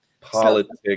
politics